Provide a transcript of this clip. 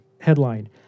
headline